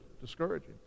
discouraging